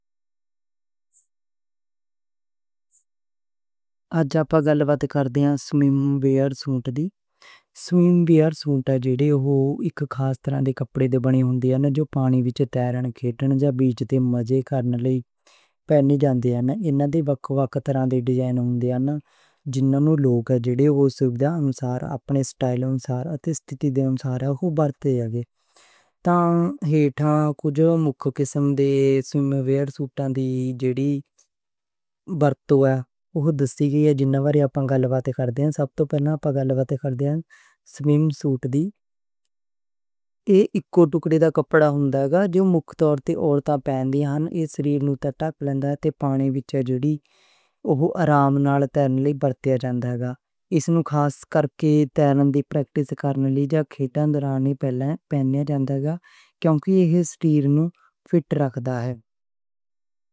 اچھا آپا گل بات کرتے ہاں، سوئم وئیر سوٹ دی۔ سوئم وئیر سوٹ اوہ خاص طرح دے کپڑے توں بنے ہندے نیں۔ جو پانی وچ تیرن، کھیلن جاں بیچ تے مزے کرن لئی پہنّے جاندے نیں۔ وکھ وکھ طریقیاں تے نواں ڈیزائن ہون نال لوک اپنا اپنا ڈیزائن انسار اتے ستھِتی دے انسار ورتدے نیں۔ سب توں پہلاں گل بات کرانگے سوئمنگ سوٹ دی۔ ایہ اک ٹکڑی کپڑا ہندا ہے جو مُکھی طور تے عورتاں پہن دیاں نیں، ایہ شریر نوں ڈھکدا تے پانی وچ آرام نال تیرن دی سہولت دیندا ہے۔ خاص طور تے تیرن دی پریکٹس لئی بچے وی پہلاں ایہ پہندے نیں کیوں کہ ایہ شریر نوں فِٹ رکھدا ہے۔